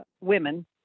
women